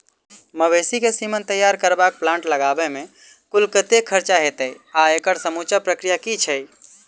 मवेसी केँ सीमन तैयार करबाक प्लांट लगाबै मे कुल कतेक खर्चा हएत आ एकड़ समूचा प्रक्रिया की छैक?